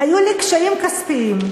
"היו לי קשיים כספיים".